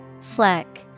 Fleck